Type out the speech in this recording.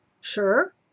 Sure